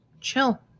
Chill